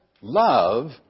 love